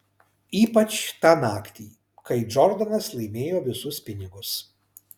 ypač tą naktį kai džordanas laimėjo visus pinigus